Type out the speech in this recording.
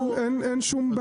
בסדר, אין בעיה.